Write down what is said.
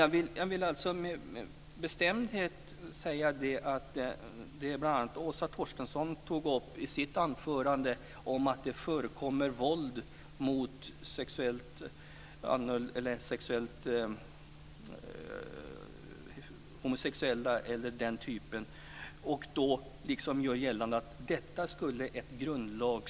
Jag vill med bestämdhet säga emot det bl.a. Åsa Torstensson gör gällande i sitt anförande, att ett grundlagsskydd skulle avhjälpa det våld som förekommer mot homosexuella och andra.